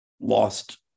lost